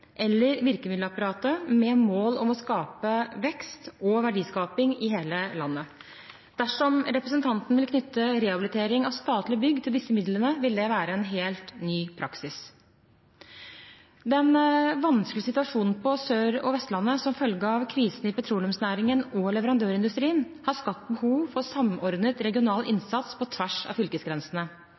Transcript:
eller virkemiddelapparatet, med mål om å skape vekst og verdiskaping i hele landet. Dersom representanten vil knytte rehabilitering av statlige bygg til disse midlene, vil det være en helt ny praksis. Den vanskelige situasjonen på Sør- og Vestlandet som følge av krisen i petroleumsnæringen og i leverandørindustrien har skapt behov for samordnet regional innsats på tvers av fylkesgrensene.